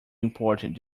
important